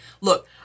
look